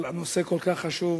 אבל הנושא כל כך חשוב,